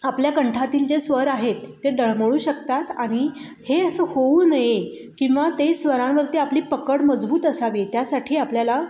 आपल्या कंठातील जे स्वर आहेत ते डळमळू शकतात आणि हे असं होऊ नये किंवा ते स्वरांवरती आपली पकड मजबूत असावी त्यासाठी आपल्याला